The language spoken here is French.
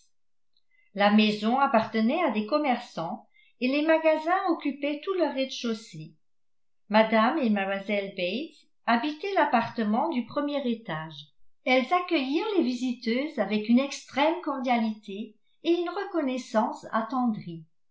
la maison appartenait à des commerçants et les magasins occupaient tout le rez-de-chaussée mme et mlle bates habitaient l'appartement du premier étage elles accueillirent les visiteuses avec une extrême cordialité et une reconnaissance attendrie